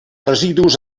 residus